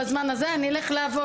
בזמן הזה אני אלך לעבוד.